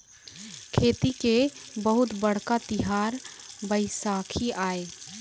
खेती के बहुत बड़का तिहार बइसाखी आय